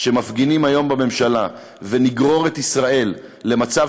שמפגינים היום בממשלה ונגרור את ישראל למצב